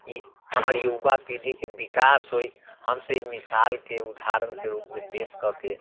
ई हमर युवा पीढ़ीके विकास होइ हमसब ई मिसालके उदाहरणके रूपमे पेश कऽ के हम